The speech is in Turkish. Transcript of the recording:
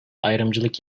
ayrımcılık